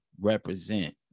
represent